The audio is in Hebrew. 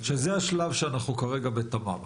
שזה השלב שאנחנו כרגע בתמר.